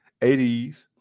80s